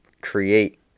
create